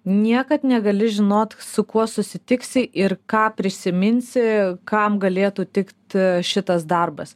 niekad negali žinot su kuo susitiksi ir ką prisiminsi kam galėtų tikt šitas darbas